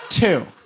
Two